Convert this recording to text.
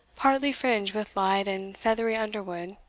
partly fringed with light and feathery underwood,